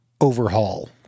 overhaul